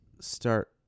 start